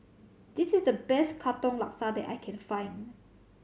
this is the best Katong Laksa that I can find